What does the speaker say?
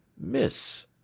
miss,